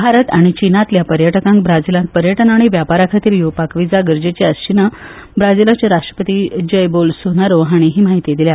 भारत आनी चिनांतल्या पर्यटकांक ब्राझीलांत पर्यटन आनी वेपारा खातीर येवपाक व्हिजा गरजेची आसची ना ब्राझूलाचे राष्ट्रपती जय बोलसोनारो हांणी ही माहिती दिल्या